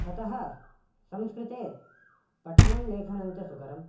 अतः संस्कृते पठनं लेखनं च सुकरम्